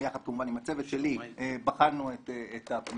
יחד עם הצוות שלי בחנו את הפניות,